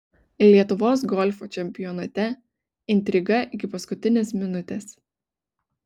lietuvos golfo čempionate intriga iki paskutinės minutės